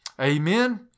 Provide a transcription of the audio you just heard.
Amen